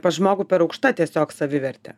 pas žmogų per aukšta tiesiog savivertė